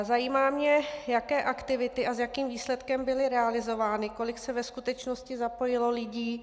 Zajímá mě, jaké aktivity a s jakým výsledkem byly realizovány, kolik se ve skutečnosti zapojilo lidí.